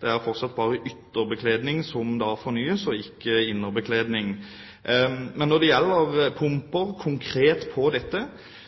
Det er fortsatt bare ytterbekledningen som fornyes og ikke innerbekledningen. Når det gjelder pumper konkret,